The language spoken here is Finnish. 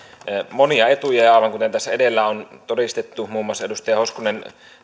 monia etuja aivan kuten tässä edellä on todistettu muun muassa edustaja hoskonen